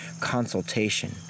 consultation